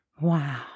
Wow